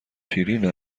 شیرین